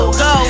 go